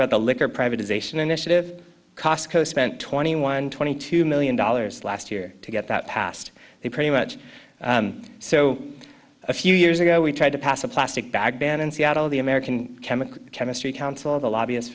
about the liquor privatization initiative costco spent twenty one twenty two million dollars last year to get that passed they pretty much so a few years ago we tried to pass a plastic bag ban in seattle the american chemical chemistry council the lobbyist